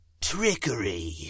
Trickery